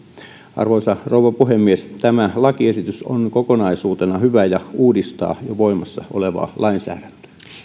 arvoisa rouva puhemies tämä lakiesitys on kokonaisuutena hyvä ja uudistaa jo voimassa olevaa lainsäädäntöä